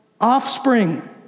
offspring